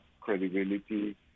credibility